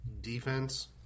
defense